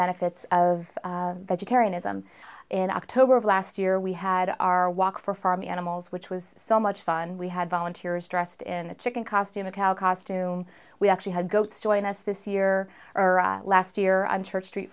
benefits of vegetarianism in october of last year we had our walk for farm animals which was so much fun we had volunteers dressed in the chicken costume a cow costume we actually had goats join us this year or last year i'm church street